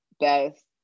best